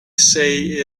say